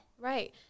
Right